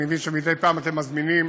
אני מבין שמדי פעם אתם מזמינים